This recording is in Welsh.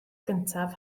gyntaf